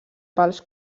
pals